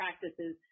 practices